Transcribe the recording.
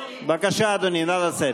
בבקשה, אדוני, נא לצאת.